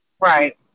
Right